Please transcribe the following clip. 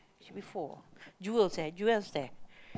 should be four Jewel's there Jewel's there